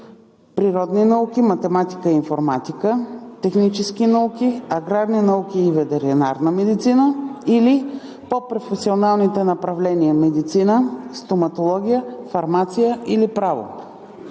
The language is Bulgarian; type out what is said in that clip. „Природни науки, математика и информатика“, „Технически науки“, „Аграрни науки и ветеринарна медицина“, или по професионалните направления „Медицина“, „Стоматология“, „Фармация“ или „Право“;